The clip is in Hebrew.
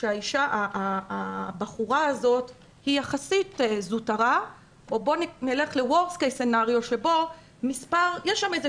שהאישה הזאת היא יחסית זוטרה או נלך לסצנריו אחר שיש שם איזה